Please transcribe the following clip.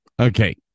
Okay